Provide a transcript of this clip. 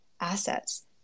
assets